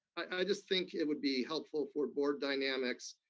i just think it would be helpful for board dynamics,